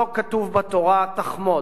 לא כתוב בתורה: תחמוד.